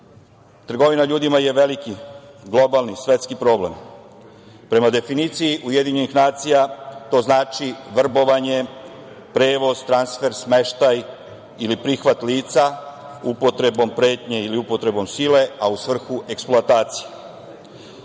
trgovina ljudima je veliki globalni svetski problem. Prema definicije UN to znači vrbovanje, prevoz, transfer, smeštaj ili prihvat lica, upotrebom pretnje ili upotrebom sile a u svrhu eksploatacije.